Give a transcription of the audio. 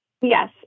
Yes